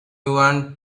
want